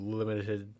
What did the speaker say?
limited